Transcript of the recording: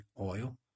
oil